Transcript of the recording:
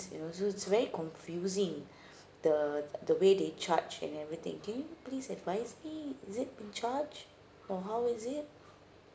you know it's very confusing the the way they charge and everything can you please advise me is it being charge or how is it